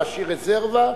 להשאיר רזרבה,